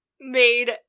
made